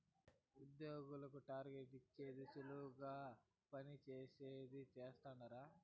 ఉద్యోగులకు టార్గెట్ ఇచ్చేది సులువుగా పని చేయించేది చేస్తండారు